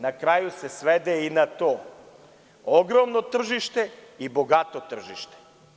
Na kraju se svede i na to – ogromno tržište i bogato tržište.